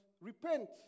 repent